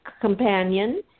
companion